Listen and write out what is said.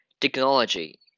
Technology